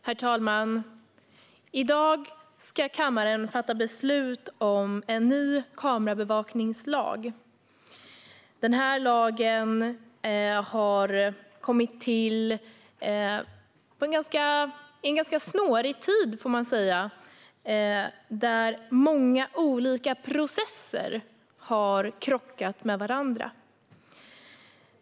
Herr talman! I dag ska kammaren fatta beslut om en ny kameraövervakningslag. Den här lagen har kommit till under en ganska snårig tid, då många olika processer har krockat med varandra.